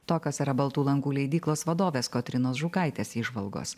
tokios yra baltų lankų leidyklos vadovės kotrynos žukaitės įžvalgos